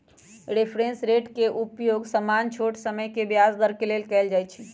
reference rate के उपयोग सामान्य छोट समय के ब्याज दर के लेल कएल जाइ छइ